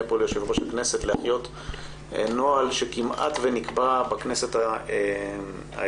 ליושב ראש הכנסת להחיות נוהל שכמעט ונקבע בכנסת ה-20.